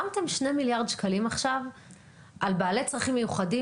שמתם שני מיליארד שקלים עכשיו על בעלי צרכים מיוחדים,